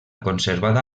conservada